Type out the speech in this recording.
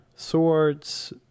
Swords